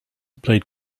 played